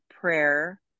prayer